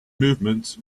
movement